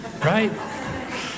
right